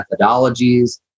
methodologies